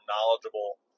knowledgeable